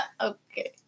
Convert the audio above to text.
Okay